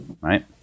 right